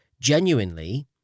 genuinely